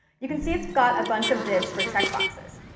you can see it's got a bunch of divs for checkboxes.